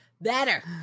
better